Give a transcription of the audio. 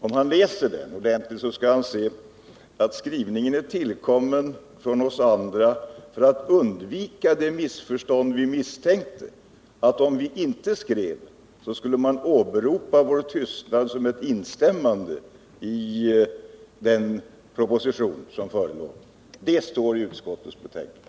Om han läser det ordentligt, skall han finna att skrivningen är tillkommen av oss andra för att undvika det missförstånd som vi misstänkte. Om vi inte skrev, skulle man åberopa vår tystnad såsom ett instämmande i den proposition som förelåg. Det står i utskottets betänkande.